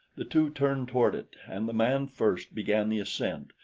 the two turned toward it and, the man first, began the ascent,